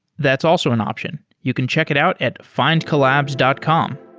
that's also an option. you can check it out at findcollabs dot com